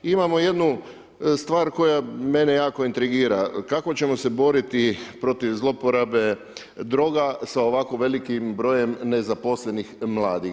Imamo jednu stvar koja mene jako intrigira, kako ćemo se boriti protiv zloporabe droga sa ovako velikim brojem nezaposlenih mladih?